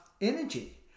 energy